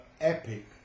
epic